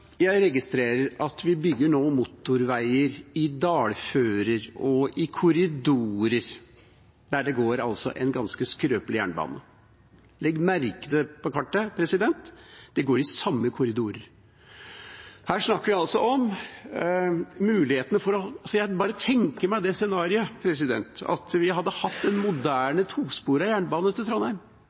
jeg et sukk. Jeg registrerer at vi nå bygger motorveier i dalfører og korridorer der det går en ganske skrøpelig jernbane. Legg merke til dette på kartet – de går i samme korridorer. Her snakker vi om mulighetene for – jeg bare tenker meg det scenarioet – at vi hadde hatt en moderne tosporet jernbane til Trondheim